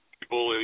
people